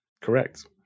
Correct